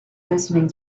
listening